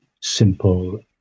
simple